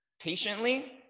patiently